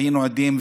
והיינו עדים,